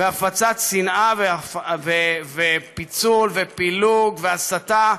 בהפצת שנאה ופיצול ופילוג והסתה,